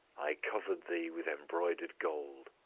i covered thee with embroidered gold.